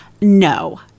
no